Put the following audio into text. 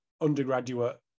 undergraduate